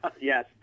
Yes